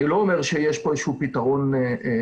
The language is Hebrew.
אני לא אומר שיש פה פתרון קסם,